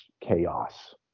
chaos